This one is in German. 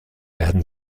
werden